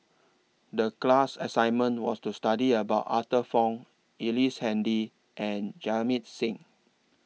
The class assignment was to study about Arthur Fong Ellice Handy and Jamit Singh